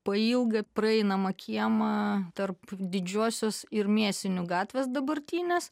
pailgą praeinamą kiemą tarp didžiosios ir mėsinių gatvės dabartinės